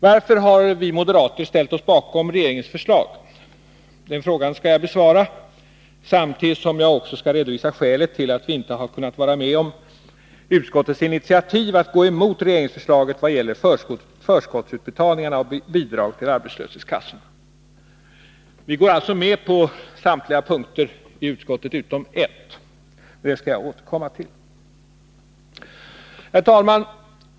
Varför har vi moderater ställt oss bakom regeringens förslag? Den frågan skall jag besvara, samtidigt som jag skall redovisa skälet till att vi inte kunnat vara med om utskottets initiativ att gå emot regeringsförslaget vad gäller förskottsutbetalningarna av bidrag till arbetslöshetskassorna. Vi går alltså med på vad som föreslås på samtliga punkter i utskottsbetänkandet utom en. Det skall jag återkomma till. Herr talman!